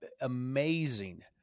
Amazing